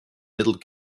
middle